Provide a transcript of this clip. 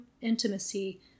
intimacy